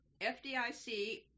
FDIC